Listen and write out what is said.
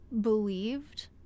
believed